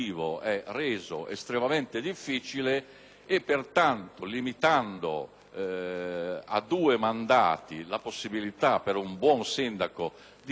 a due mandati la possibilità per un buon sindaco di ricandidarsi, si provocano situazioni